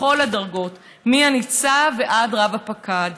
בכל הדרגות, מהניצב ועד רב-הפקד.